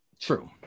True